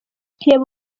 reba